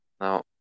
Now